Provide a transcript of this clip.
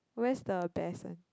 where's the best one